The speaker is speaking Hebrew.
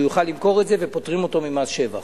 שהוא יוכל למכור את זה, ופוטרים אותו ממס שבח.